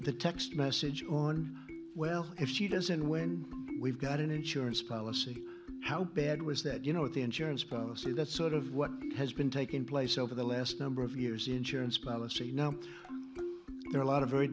the text message on well if she doesn't win we've got an insurance policy how bad was that you know with the insurance policy that's sort of what has been taking place over the last number of years insurance policy you know there are a lot of very